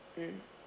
mm